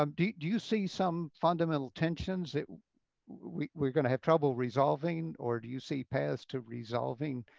um do do you see some fundamental tensions that we're going to have trouble resolving or do you see paths to resolving?